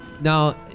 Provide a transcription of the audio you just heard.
now